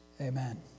Amen